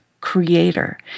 creator